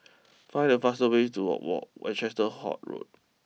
find the fast ways to Road